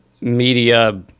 media